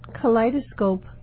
kaleidoscope